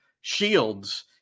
shields